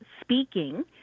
speaking